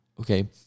Okay